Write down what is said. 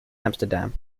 amsterdam